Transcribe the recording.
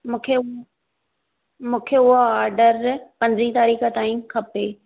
मूंखे मूंखे उहा ऑडर पंद्रहीं तारीख़ ताईंं खपे